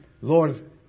Lord